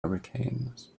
hurricanes